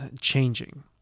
changing